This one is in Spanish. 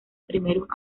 primeros